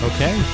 Okay